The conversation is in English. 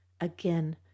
Again